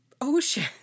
ocean